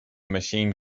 machine